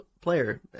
player